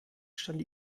stand